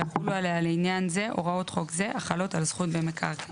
ויחולו עליה לעניין זה הוראות חוק זה החלות על זכות במקרקעין.